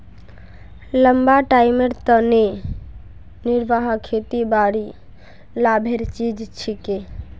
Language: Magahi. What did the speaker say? लंबा टाइमेर तने निर्वाह खेतीबाड़ी लाभेर चीज छिके